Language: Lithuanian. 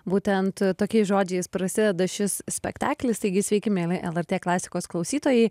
būtent tokiais žodžiais prasideda šis spektaklis taigi sveiki mieli el er t klasikos klausytojai